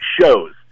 shows